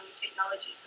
technology